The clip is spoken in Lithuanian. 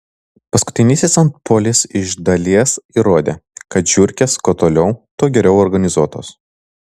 paskutinysis antpuolis iš dalies įrodė kad žiurkės kuo toliau tuo geriau organizuotos